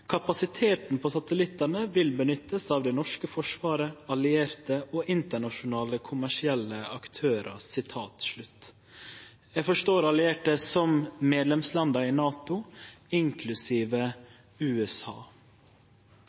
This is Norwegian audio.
kapasiteten på satellittene vil benyttes av det norske forsvaret, allierte og internasjonale kommersielle aktører. Forsvarsdepartementet har hatt uformell dialog med USA